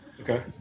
okay